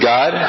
God